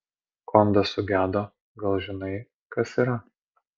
kondas sugedo gal žinai kas yra